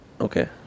Okay